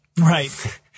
Right